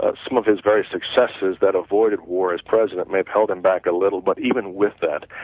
ah some of his very successors that avoided war as president may have held him back a little, but even with that,